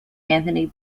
anthony